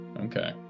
Okay